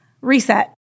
Reset